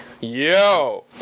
Yo